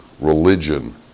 religion